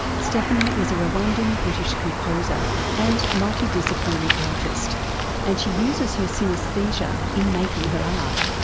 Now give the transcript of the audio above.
stephanie is a rwandan-british composer and multidisciplinary artist and she uses her synaesthesia in making her art.